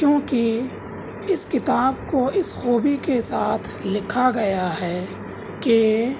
کیونکہ اس کتاب کو اس خوبی کے ساتھ لکھا گیا ہے کہ